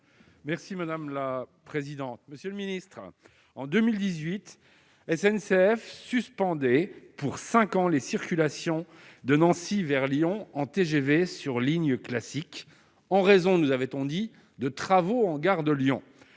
Merci madame la présidente, monsieur le ministre, en 2018 SNCF suspendait pour 5 ans les circulations de Nancy vers Lyon en TGV sur ligne classique en raison, nous avait-on dit de travaux en gare de Lyon,